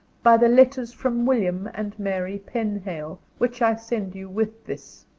by the letters from william and mary penhale, which i send you with this.